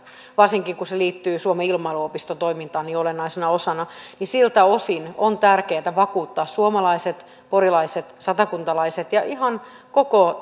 varsinkin kun se liittyy suomen ilmailuopiston toimintaan niin olennaisena osana niin siltä osin on tärkeätä vakuuttaa suomalaiset porilaiset satakuntalaiset ja ihan koko